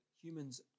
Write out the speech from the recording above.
humans